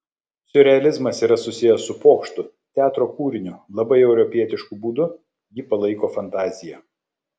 siurrealizmas yra susijęs su pokštu teatro kūriniu labai europietišku būdu jį palaiko fantazija